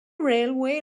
railway